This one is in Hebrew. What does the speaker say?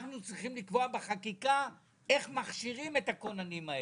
אנחנו צריכים לקבוע בחקיקה איך מכשירים את הכוננים האלה.